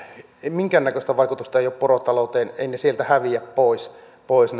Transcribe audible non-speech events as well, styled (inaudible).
minkäännäköistä vaikutusta ei ole porotalouteen eivät ne huuhdontapaikat sieltä häviä pois pois (unintelligible)